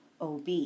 ob